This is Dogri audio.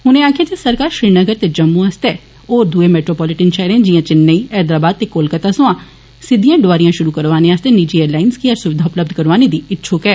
उनें आक्खेआ जे सरकार श्रीनगर ते जम्मू आस्तै होरने दुए मेट्रोपलीटेन पैहर जियां चिन्नेई हैदराबाद ते कोलकत्त सोयां सिद्दियां डोआरियां पुरु करीआने आस्तै निजी एयरलाईन गी हर सुविधा उपलब्ध करौआने दी इच्छुक ऐ